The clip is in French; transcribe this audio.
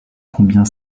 combien